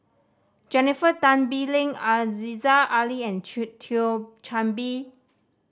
Jennifer Tan Bee Leng Aziza Ali and Thio Chan Bee